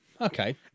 okay